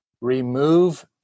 remove